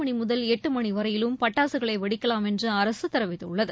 மணி முதல் எட்டு மணி வரையிலும் பட்டாசுகளை வெடிக்கலாம் என்று அரசு தெரிவித்துள்ளது